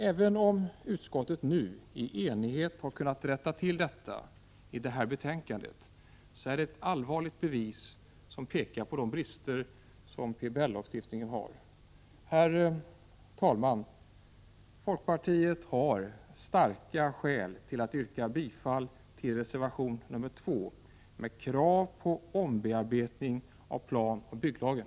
Även om utskottet nu i enighet har kunnat rätta till detta i det här betänkandet, så är det ett allvarligt bevis på de brister som PBL-stiftningen har. Herr talman! Folkpartiet har starka skäl att yrka bifall till reservation 2, med krav på ombearbetning av planoch bygglagen.